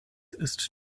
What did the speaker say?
ist